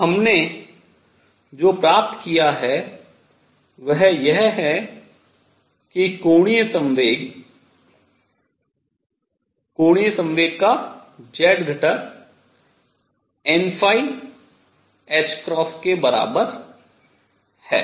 तो हमने जो प्राप्त किया है वह यह है कि कोणीय संवेग कोणीय संवेग का z घटक n के बराबर है